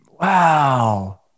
Wow